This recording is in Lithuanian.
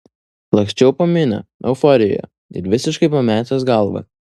laksčiau po minią euforijoje ir visiškai pametęs galvą